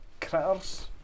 Critters